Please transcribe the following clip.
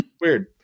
weird